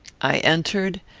i entered,